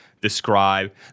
describe